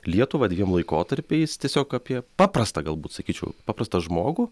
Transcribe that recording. lietuvą dviem laikotarpiais tiesiog apie paprastą galbūt sakyčiau paprastą žmogų